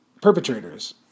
perpetrators